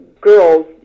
girls